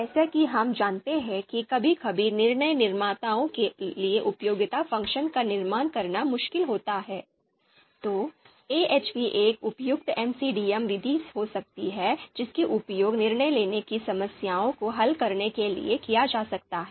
जैसा कि हम जानते हैं कि कभी कभी निर्णय निर्माताओं के लिए उपयोगिता फ़ंक्शन का निर्माण करना मुश्किल होता है तो AHP एक उपयुक्त MCDM विधि हो सकती है जिसका उपयोग निर्णय लेने की समस्याओं को हल करने के लिए किया जा सकता है